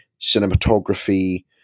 cinematography